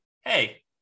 hey